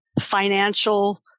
financial